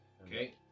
Okay